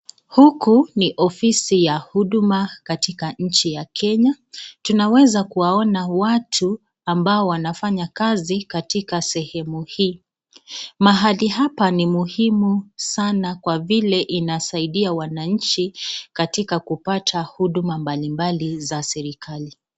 Huku ni ofisi ya huduma katika nchi ya Kenya. Tunaweza kuwaona watu ambao wanafanya kazi katika sehemu hii. Mahali hapa ni muhimu sana kwa vile inasaidia wananchi katika kupata huduma mbali mbali za serikali.